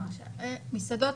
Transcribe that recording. המסעדות,